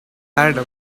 adam